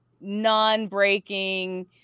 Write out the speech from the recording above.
non-breaking